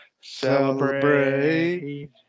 Celebrate